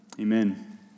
Amen